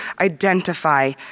identify